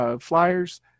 Flyers